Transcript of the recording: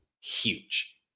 huge